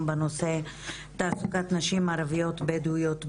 בנושא תעסוקת נשים ערביות בדואיות בנגב.